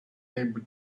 able